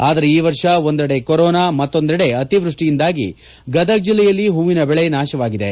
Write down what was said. ಆದರೆ ಈ ವರ್ಷ ಒಂದೆಡೆ ಕೊರೋನಾ ಮತ್ತೊಂದೆಡೆ ಅತಿವೃಷ್ಠಿಯಿಂದಾಗಿ ಗದಗ ಜಿಲ್ಲೆಯಲ್ಲಿ ಹೂವಿನ ಬೆಳೆ ನಾಶವಾಗಿದೆ